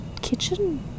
kitchen